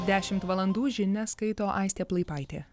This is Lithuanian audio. dešimt valandų žinias skaito aistė plaipaitė